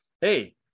Hey